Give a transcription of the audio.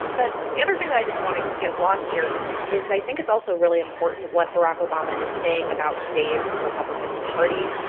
but the other thing that i didn't want to get lost here is, i think, it's also really important what barack obama is saying about today's republican party.